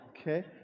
Okay